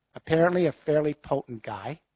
apparently a fairly potent guy.